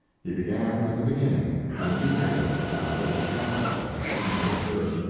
he began with the beginning, the meagerness of that little hamlet that had seen his birth,